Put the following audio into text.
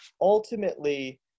ultimately